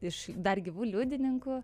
iš dar gyvų liudininkų